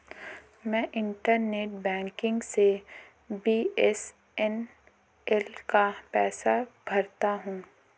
मैं internet banking से BSNL का पैसा भरता हूं